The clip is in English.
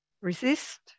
Resist